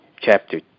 chapter